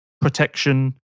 protection